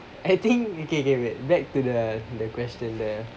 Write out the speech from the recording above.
I think okay okay wait back to the the question the